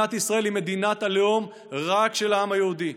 ומדינת ישראל היא מדינת הלאום רק של העם היהודי,